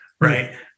right